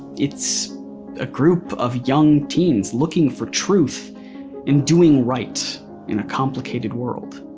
it's a group of young teens looking for truth and doing right in a complicated world,